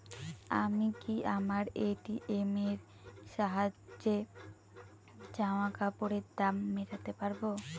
আমি কি আমার এ.টি.এম এর সাহায্যে জামাকাপরের দাম মেটাতে পারব?